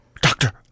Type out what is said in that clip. doctor